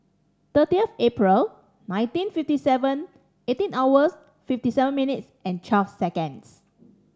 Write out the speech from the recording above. thirtieth April nineteen fifty seven eighteen hours fifty seven minutes and twelve seconds